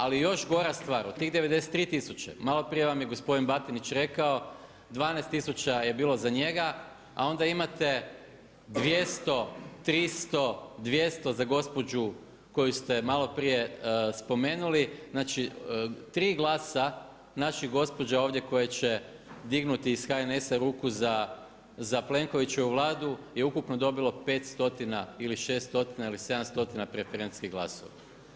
Ali još gora stvar od tih 93 tisuće, malo prije vam je gospodin Batinić rekao, 12 tisuća je bilo za njega a onda imate 200, 300, 200 za gospođu koju ste malo prije spomenuli, znači 3 glasa naših gospođa ovdje koje će dignuti iz HNS-a ruku za Plenkovićevu Vladu je ukupno dobilo 5 stotina, ili 6 stotina ili 7 stotina preferencijskih glasova.